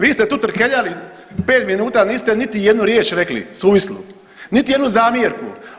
Vi ste tu trkeljali 5 minuta niste niti jednu riječ rekli suvislu, niti jednu zamjerku.